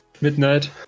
midnight